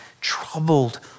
troubled